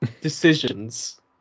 decisions